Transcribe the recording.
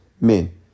men